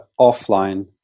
offline